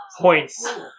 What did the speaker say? points